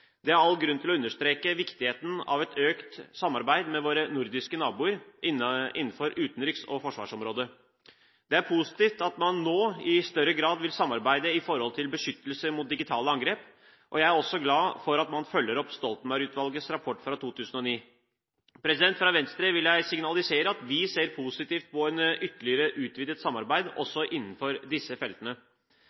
Det er all grunn til å understreke viktigheten av et økt samarbeid med våre nordiske naboer innenfor utenriks- og forsvarsområdet. Det er positivt at man nå i større grad vil samarbeide om beskyttelse mot digitale angrep, og jeg er også glad for at man følger opp Stoltenberg-utvalgets rapport fra 2009. Fra Venstre vil jeg signalisere at vi ser positivt på et ytterligere utvidet samarbeid også innenfor disse feltene.